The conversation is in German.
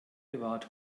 bewahrt